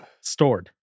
Stored